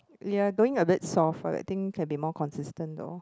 you're going a bit soft for that thing can be more consistent though